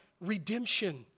redemption